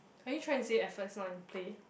are you trying to say effort is not in play